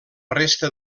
resta